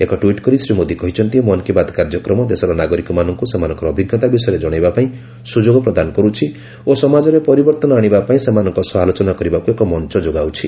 ଏକ ଟ୍ପିଟ୍ କରି ଶ୍ରୀମୋଦି କହିଛନ୍ତି ମନ୍ କି ବାତ୍ କାର୍ଯ୍ୟକ୍ରମ ଦେଶର ନାଗରିକମାନଙ୍କୁ ସେମାନଙ୍କର ଅଭିଜ୍ଞତା ବିଷୟରେ ଜଣାଇବା ପାଇଁ ସୁଯୋଗ ପ୍ରଦାନ କରୁଛି ଓ ସମାଜରେ ପରିବର୍ତ୍ତନ ଆଣିବା ପାଇଁ ସେମାନଙ୍କ ସହ ଆଲୋଚନା କରିବାକୁ ଏକ ମଞ୍ଚ ଯୋଗାଉଛି